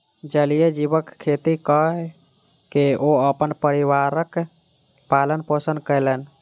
जलीय जीवक खेती कय के ओ अपन परिवारक पालन पोषण कयलैन